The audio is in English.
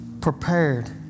Prepared